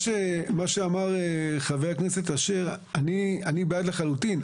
לגבי מה שאמר חבר הכנסת אשר: אני בעד לחלוטין.